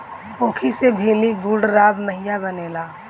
ऊखी से भेली, गुड़, राब, माहिया बनेला